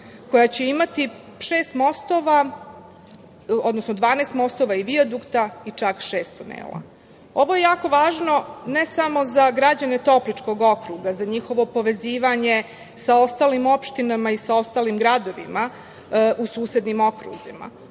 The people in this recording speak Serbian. koja će imati 12 mostova i vijadukta i čak šest tunela. Ovo je jako važno ne samo za građane Topličkog okruga, za njihovo povezivanje sa ostalim opštinama i sa ostalim gradovima u susednim okruzima,